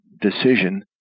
decision